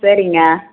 சரிங்க